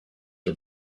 for